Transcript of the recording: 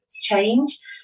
change